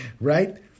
right